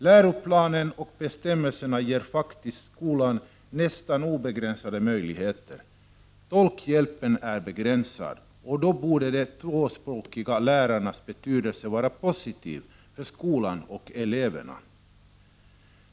Läroplanen och bestämmelserna ger faktiskt skolan nästan obegränsade möjlighe 173 ter. Tolkhjälpen är begränsad, och då borde de tvåspråkiga lärarna ha en positiv betydelse för skolan och eleverna.